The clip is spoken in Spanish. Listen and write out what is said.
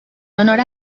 honor